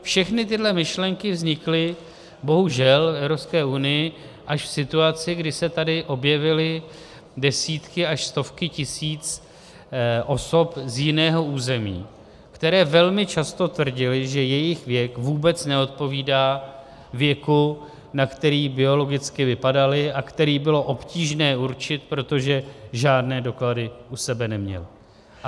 Všechny tyhle myšlenky vznikly bohužel v Evropské unii až v situaci, kdy se tady objevily desítky až stovky tisíc osob z jiného území, které velmi často tvrdily, že jejich věk vůbec neodpovídá věku, na který biologicky vypadaly a který bylo obtížné určit, protože žádné doklady u sebe neměly.